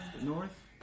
north